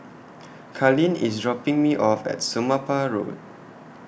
Carlene IS dropping Me off At Somapah Road